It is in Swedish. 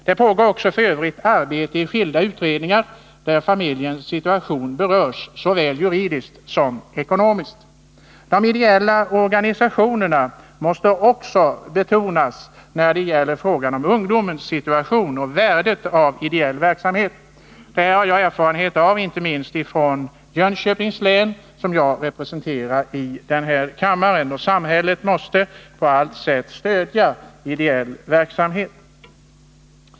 Det pågår också f. ö. arbete i skilda utredningar där familjens situation berörs såväl juridiskt som ekonomiskt. De ideella organisationerna måste också betonas när det gäller frågan om ungdomens situation och värdet av ideell verksamhet. Detta har jag erfarenhet av, inte minst från Jönköpings län, som jag representerar i denna kammare. Samhället måste också på allt sätt stödja ideell verksamhet.